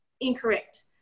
incorrect